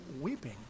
weeping